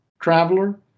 traveler